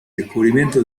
descubrimiento